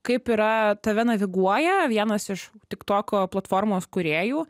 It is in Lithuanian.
kaip yra tave naviguoja vienas iš tik toko platformos kūrėjų